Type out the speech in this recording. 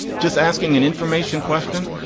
just asking an information question,